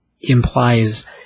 implies